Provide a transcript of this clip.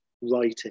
writing